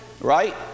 right